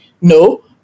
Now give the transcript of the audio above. No